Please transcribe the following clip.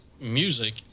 Music